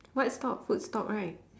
what stop food stop right